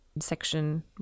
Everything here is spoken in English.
Section